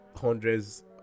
hundreds